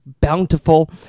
bountiful